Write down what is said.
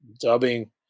dubbing